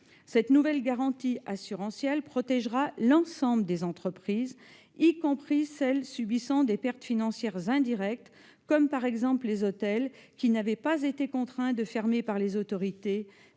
Cette nouvelle garantie assurantielle protégera l'ensemble des entreprises, y compris celles qui subissent des pertes financières indirectes, comme les hôtels qui n'ont pas été contraints de fermer par les autorités,